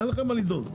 אין לכם מה לדאוג,